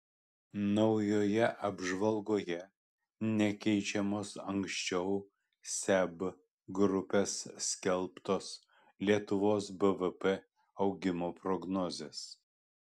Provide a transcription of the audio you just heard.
naujoje apžvalgoje nekeičiamos anksčiau seb grupės skelbtos lietuvos bvp augimo prognozės